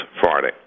Friday